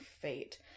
fate